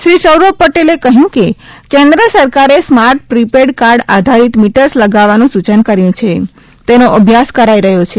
શ્રી સૌરભ પટેલે કહ્યુ કે કેન્દ્ર સરકારે સ્માર્ટ પ્રિપેડ કાર્ડ આધારિત મીટર્સ લગાવવાનુ સૂચન કર્યુ છે તેનો અભ્યાસ કરાઇ રહ્યો છે